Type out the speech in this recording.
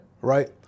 Right